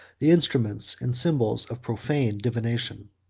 the instruments and symbols of profane divination.